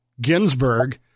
Ginsburg